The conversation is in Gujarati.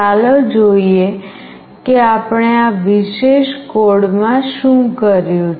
ચાલો જોઈએ કે આપણે આ વિશેષ કોડમાં શું કર્યું છે